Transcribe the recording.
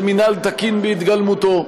זה מינהל תקין בהתגלמותו.